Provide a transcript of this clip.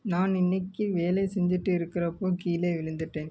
நான் இன்னைக்கு வேலை செஞ்சிகிட்டு இருக்கிறப்போ கீழே விழந்துட்டேன்